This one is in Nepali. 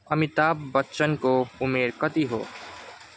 अमिताभ बच्चनको उमेर कति हो